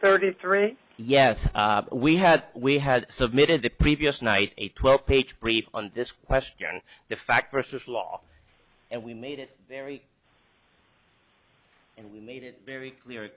thirty three yes we had we had submitted to previous night a twelve page brief on this question the fact versus law and we made it very and we made it very clear